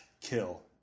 kill